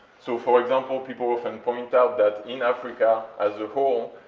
so for example, people often point out that in africa, as a whole,